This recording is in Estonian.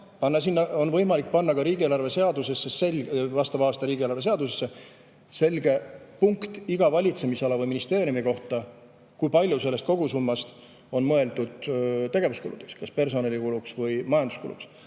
on tahet, on võimalik panna riigieelarve seadusesse, vastava aasta riigieelarve seadusesse, selge punkt iga valitsemisala või ministeeriumi kohta, kui palju kogusummast on mõeldud tegevuskuluks, personalikuluks või majanduskuluks.